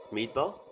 Meatball